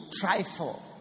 trifle